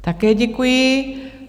Také děkuji.